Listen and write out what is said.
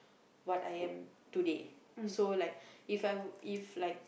what I am today so like if I'm if like